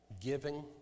giving